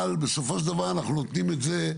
אבל בסופו של דבר, אנחנו נותנים את זה,